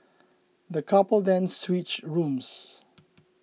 the couple then switched rooms